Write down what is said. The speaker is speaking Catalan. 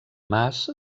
mas